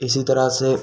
इसी तरह से